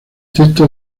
texto